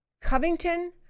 Covington